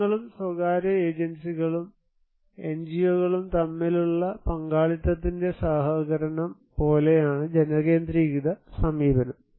ജനങ്ങളും സ്വകാര്യ ഏജൻസികളും എൻജിഒകളും തമ്മിലുള്ള പങ്കാളിത്തത്തിന്റെ സഹകരണം പോലെയാണ് ജനകേന്ദ്രീകൃത സമീപനം